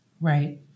Right